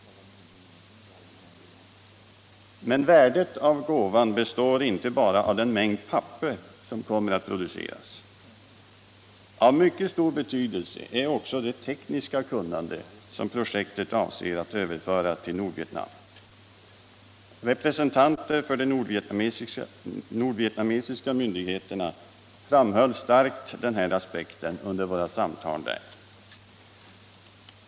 Men värdet av gåvan består inte bara av den mängd papper som kommer att produceras. Av mycket stor betydelse är också det tekniska kunnande som projektet avser att överföra till Nordvietnam. Representanter för de nordvietnamesiska myndigheterna framhöll starkt den aspekten under våra samtal.